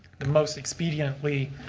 the most expedient way.